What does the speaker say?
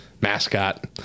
mascot